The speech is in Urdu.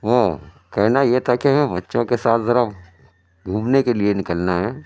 وہ کہنا یہ تھا کہ میں بچوں کے ساتھ ذرا گھومنے کے لیے نکلنا ہے